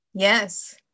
Yes